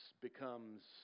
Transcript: becomes